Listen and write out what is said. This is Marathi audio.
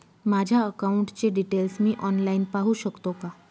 माझ्या अकाउंटचे डिटेल्स मी ऑनलाईन पाहू शकतो का?